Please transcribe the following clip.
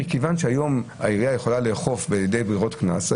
מכיוון שהיום העירייה יכולה לאכוף ברירות קנס,